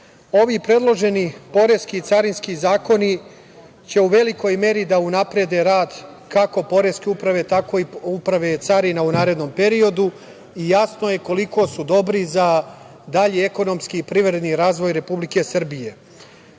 ovi predloženi poreski i carinski zakoni će u velikoj meri da unaprede rad kako Poreske uprave, tako i Uprave carina u narednom periodu i jasno je koliko su dobri za dalji ekonomski i privredni razvoj Republike Srbije. Vama,